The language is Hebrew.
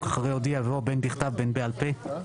אחרי 'הודיע' יבוא 'בין בכתב ובין בעל פה'.